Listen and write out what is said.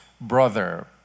brother